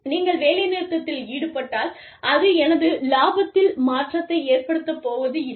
நீங்கள் வேலைநிறுத்தத்தில் ஈடுபட்டால் அது எனது லாபத்தில் மாற்றத்தை ஏற்படுத்தப்போவதில்லை